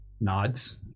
nods